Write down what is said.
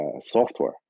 software